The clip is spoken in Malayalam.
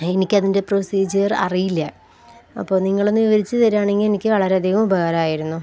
എനിക്കതിൻ്റെ പ്രൊസീജിയർ അറിയില്ല അപ്പോള് നിങ്ങളൊന്നു വിവരിച്ചു തരികയാണെങ്കില് എനിക്കു വളരെയധികം ഉപകാരമായിരുന്നു